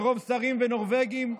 מרוב שרים ונורבגים.